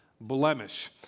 blemish